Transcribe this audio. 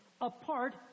apart